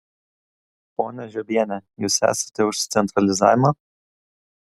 ponia žiobiene jūs esate už centralizavimą